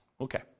Okay